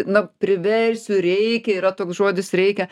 na priversiu reikia yra toks žodis reikia